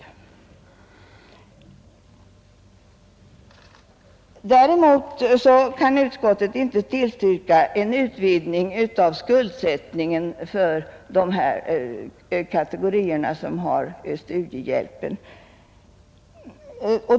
Däremot kan utskottet inte tillstyrka en utvidgning av skuldsättningen för de kategorier som har studiehjälp.